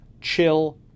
Chill